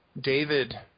David